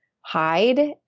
hide